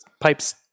pipes